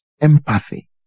empathy